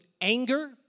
anger